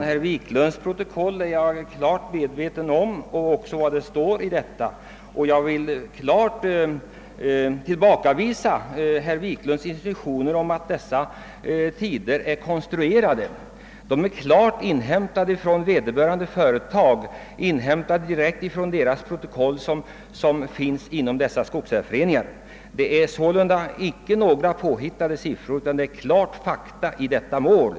Herr talman! Jag är fullt medveten om vad som står i herr Wiklunds i Härnösand protokoll, och jag vill bestämt tillbakavisa insinuationen att de uppgifter jag lämnade skulle vara konstruerade. De är hämtade från protokoll, förda inom ifrågavarande skogsägareföreningar. Jag har alltså inte anfört påhittade uppgifter utan klara fakta i detta mål.